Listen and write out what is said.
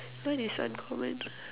what is uncommon